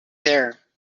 there